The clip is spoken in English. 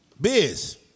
Biz